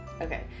Okay